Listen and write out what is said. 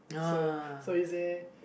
so so he say